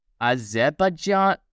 Azerbaijan